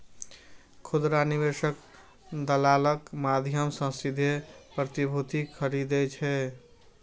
खुदरा निवेशक दलालक माध्यम सं सीधे प्रतिभूति खरीदै छै